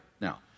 now